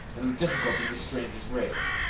and with difficulty restrained his rage.